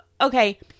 Okay